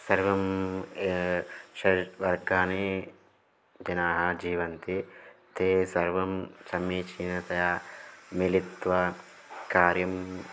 सर्वं कानि जनाः जीवन्ति ते सर्वं समीचीनतया मिलित्वा कार्यं